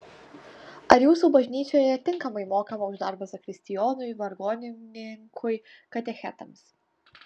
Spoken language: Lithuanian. ar jūsų bažnyčioje tinkamai mokama už darbą zakristijonui vargonininkui katechetams